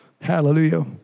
Hallelujah